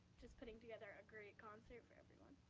just putting together a great concert for everyone.